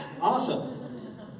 Awesome